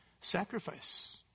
sacrifice